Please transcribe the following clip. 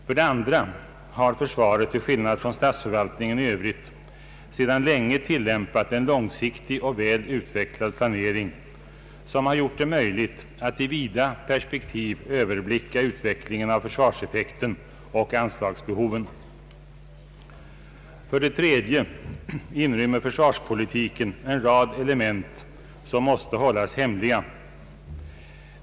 För det andra har försvaret, till skillnad från statsförvaltningen i Övrigt, länge tillämpat en långsiktig och väl utvecklad planering, som har gjort det möjligt att i vida perspektiv överblicka utvecklingen av försvarseffekten och anslagsbehoven. För det tredje inrymmer försvarspolitiken en rad element som måste hållas hemliga.